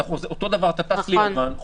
אותו דבר אתה טס ליוון,